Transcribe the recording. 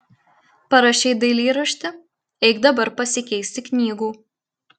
parašei dailyraštį eik dabar pasikeisti knygų